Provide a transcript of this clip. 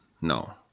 no